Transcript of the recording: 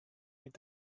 mit